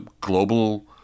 global